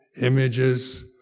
images